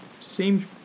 seemed